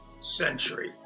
century